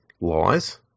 lies